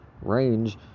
range